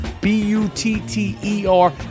B-U-T-T-E-R